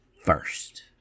first